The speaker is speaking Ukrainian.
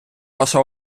ваша